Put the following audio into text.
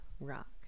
rock